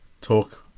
Talk